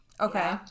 Okay